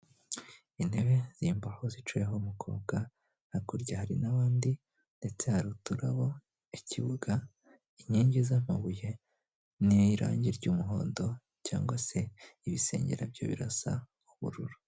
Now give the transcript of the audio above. Intebe z'imbaho zicayeho umukobwa hakurya hari n'abandi ndetse hari uturabo, ikibuga, inkingi z'amabuye n'irangi ry'umuhondo cyangwa se ibisengera byo birasa ubururu.